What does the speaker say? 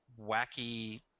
wacky